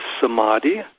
samadhi